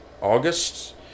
August